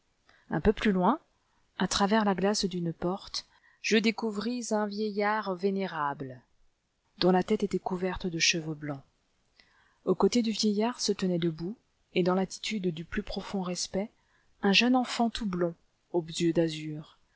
un peu plus loin à travers la glace d'une porte je découvris un vieillard vénérable dont la tête était couverte de cheveux blancs aux côtés du vieillard se tenait debout et dans l'attitude du plus profond respect un jeune enfant tout blond aux yeux d'azur